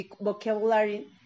vocabulary